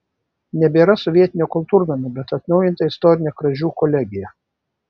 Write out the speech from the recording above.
nebėra sovietinio kultūrnamio bet atnaujinta istorinė kražių kolegija